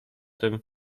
tym